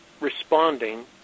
responding